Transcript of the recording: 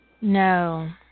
No